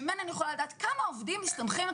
כשאני יכולה לדעת כמה עובדים מסתמכים על